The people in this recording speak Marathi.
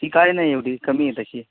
फी काय नाही एवढी कमी आहे तशी